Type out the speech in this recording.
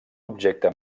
objecte